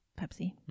Pepsi